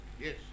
Yes